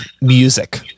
music